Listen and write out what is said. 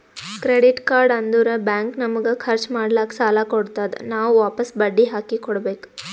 credit card ಅಂದುರ್ bank ನಮಗ ಖರ್ಚ್ ಮಾಡ್ಲಾಕ್ ಸಾಲ ಕೊಡ್ತಾದ್, ನಾವ್ ವಾಪಸ್ ಬಡ್ಡಿ ಹಾಕಿ ಕೊಡ್ಬೇಕ